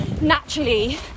naturally